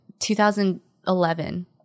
2011